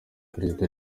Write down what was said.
perezida